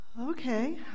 Okay